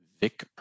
Vic